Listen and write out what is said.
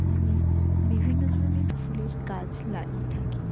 আমি বিভিন্ন ধরনের ফুলের গাছ লাগিয়ে থাকি